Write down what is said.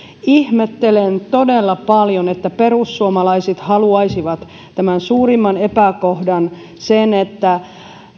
ihmettelen todella paljon että perussuomalaiset haluaisivat tämän suurimman epäkohdan sen että